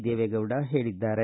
ದೇವೇಗೌಡ ಹೇಳಿದ್ದಾರೆ